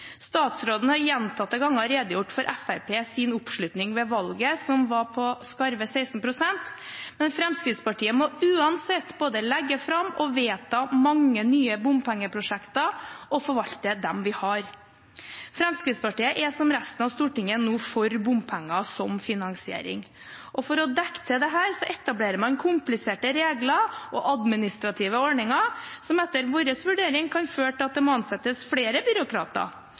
Statsråden har gjentatte ganger redegjort for Fremskrittspartiets oppslutning ved valget, som var på skarve 16 pst., men Fremskrittspartiet må uansett både legge fram og vedta mange nye bompengeprosjekter, og forvalte dem vi har. Fremskrittspartiet er, som resten av Stortinget, nå for bompenger som finansiering. For å dekke til dette etablerer man kompliserte regler og administrative ordninger, som etter vår vurdering kan føre til at det må ansettes flere byråkrater.